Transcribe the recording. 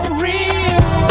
real